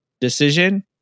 decision